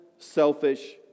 Selfish